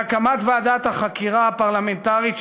להקמת ועדת החקירה הפרלמנטרית,